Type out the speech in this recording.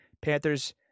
Panthers